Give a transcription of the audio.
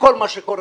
מכל מה שקורה.